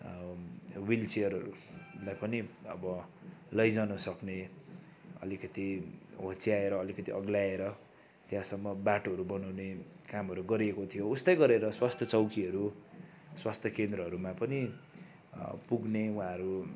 व्हिलचेयरहरूलाई पनि अब लैजानसक्ने अलिकति होच्याएर अलिकति अग्ल्याएर त्यहाँसम्म बाटोहरू बनाउने कामहरू गरिएको थियो उस्तै गरेर स्वास्थ्य चौकीहरू स्वास्थ्य केन्द्रहरूमा पनि पुग्ने उहाँहरू